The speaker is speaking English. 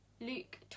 luke